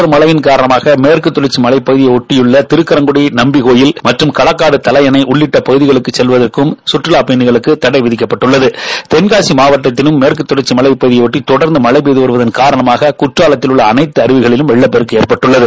தொடர்மழை காரணமாக மேற்கு தொடர்ச்சி மலையையொட்டியுள்ள திருப்பரங்குடி நம்பிகுடி மற்றும் கலக்காடு தலையணை உள்ளிட்ட பகுதிகளுக்கு செல்வதற்கும் சுற்றுலாப் பயணிகளுக்கு தடை விதிக்கப்பட்டுள்ளது தென்காசி மாவட்டத்திலும் மேற்கு தொடர்ச்சி மலைப்பகுதியை பொட்டி தொடர்ந்து மழை பெய்து வருவதன் காரணமாக குற்றாலத்தில் உள்ள அனைத்து அருவிகளிலும் வெள்ளப்பெருக்கு ஏற்பட்டுள்ளது